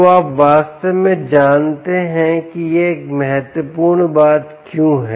तो आप वास्तव में जानते हैं कि यह एक महत्वपूर्ण बात क्यों है